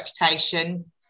reputation